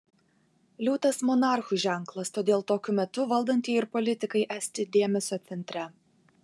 liūtas monarchų ženklas todėl tokiu metu valdantieji ir politikai esti dėmesio centre